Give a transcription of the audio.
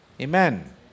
Amen